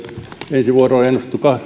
ensi vuodelle on ennustettu